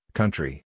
country